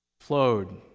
flowed